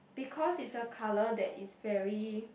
because it's a colour that is very